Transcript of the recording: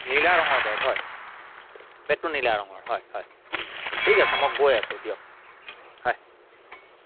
নীলা ৰঙৰ বেগ হয় বেগটো নীলা ৰঙৰ হয় হয় ঠিক আছে মই গৈ আছোঁ দিয়ক হয়